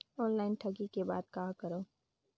Online ठगी के बाद कहां करों?